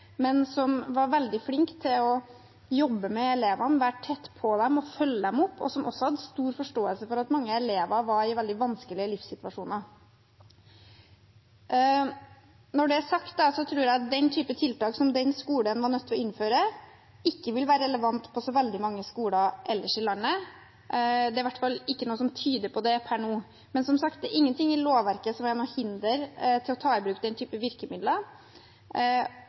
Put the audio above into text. men som var veldig flinke til å jobbe med elevene, være tett på dem og følge dem opp, og som også hadde stor forståelse for at mange elever var i en veldig vanskelig livssituasjon. Når det er sagt, tror jeg at den typen tiltak som den skolen var nødt til å innføre, ikke vil være relevante på så veldig mange skoler ellers i landet. Det er i hvert fall ikke noe som tyder på det per nå. Men som sagt er det ingenting i lovverket som er til hinder for ta i bruk den typen virkemidler.